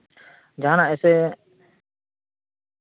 ᱡᱟᱦᱟᱱᱟᱜ ᱥᱮ